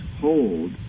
hold